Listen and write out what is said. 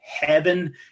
heaven